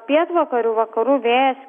pietvakarių vakarų vėjas